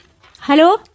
Hello